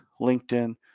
LinkedIn